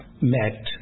met